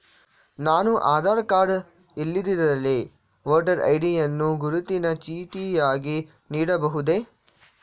ನಾನು ಆಧಾರ ಕಾರ್ಡ್ ಇಲ್ಲದಿದ್ದರೆ voter ID ಯನ್ನು ಗುರುತಿನ ಚೀಟಿಯಾಗಿ ನೀಡಬಹುದೇ?